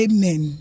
Amen